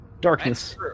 Darkness